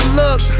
look